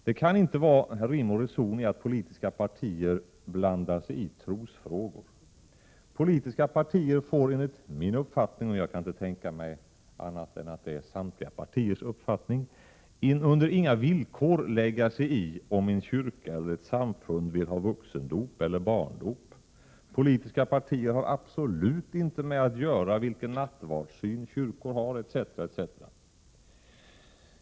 Det kan inte vara rim och reson att politiska partier blandar sig i trosfrågor. Politiska partier får enligt min uppfattning — och jag kan inte tänka mig annat än att det är samtliga partiers uppfattning — inte på några villkor lägga sig i om en kyrka eller ett samfund vill ha vuxendop eller barndop. Politiska partier har absolut inte med att göra vilken nattvardssyn kyrkor har, etc.